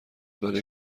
برای